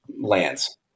lands